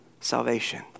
salvation